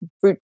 Fruit